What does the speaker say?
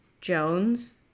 Jones